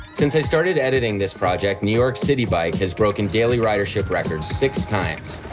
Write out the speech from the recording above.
since i started editing this project new york city bike has broken daily ridership records six times.